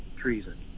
treason